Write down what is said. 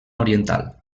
oriental